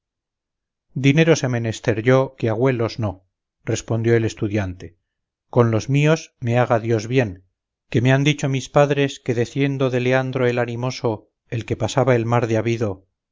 dineros he menester yo que agüelos no respondió el estudiante con los míos me haga dios bien que me han dicho mis padres que deciendo de leandro el animoso el que pasaba el mar de abido